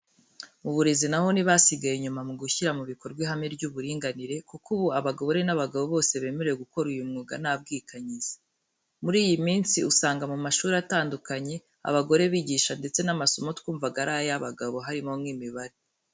Mu burezi na ho ntibasigaye inyuma mu gushyira mu bikorwa ihame ry'uburinganire kuko ubu abagabo n'abagore bose bemerewe gukora uyu mwuga nta bwikanyize. Muri iyi minsi usanga mu mashuri atandukanye abagore bigisha ndetse n'amasomo twumvaga ari ay'abagabo harimo nk'imibare.